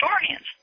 historians